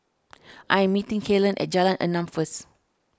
I am meeting Kaylen at Jalan Enam first